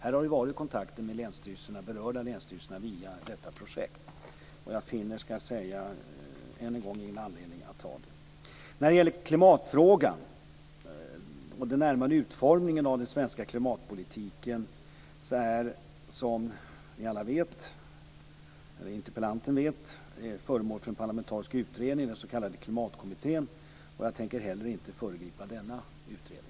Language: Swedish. Här har det varit kontakter med de berörda länsstyrelserna via detta projekt. Än en gång vill jag säga att jag inte finner anledning att ta det. När det gäller klimatfrågan och den närmare utformningen av den svenska klimatpolitiken är den, som interpellanten vet, föremål för en parlamentarisk utredning, den s.k. klimatkommittén. Jag tänker heller inte föregripa denna utredning.